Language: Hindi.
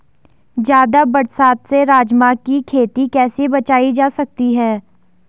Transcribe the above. ज़्यादा बरसात से राजमा की खेती कैसी बचायी जा सकती है?